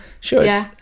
Sure